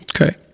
Okay